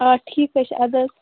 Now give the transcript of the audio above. آ ٹھیک حظ چھِ ادٕ حظ